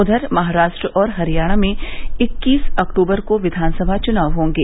उधर महाराष्ट्र और हरियाणा में इक्कीस अक्टूबर को विधानसभा चुनाव होंगे